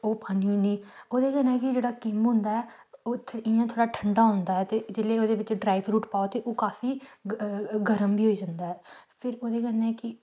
ओह् पा'न्नी होन्नी ओह्दे कन्नै कि जेह्ड़ा किम्ब होंदा ऐ ओह् इ'यां थोह्ड़ा ठंडा होंदा ऐ ते जिल्लै ओह्दे बिच्च ड्राई फ्रूट पाओ ते ओह् काफी गर्म बी होई जंदा ऐ फिर ओह्दे कन्नै कि